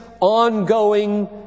ongoing